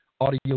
audio